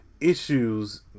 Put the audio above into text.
issues